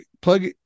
plug